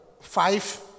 five